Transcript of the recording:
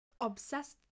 Obsessed